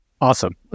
Awesome